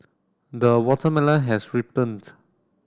the watermelon has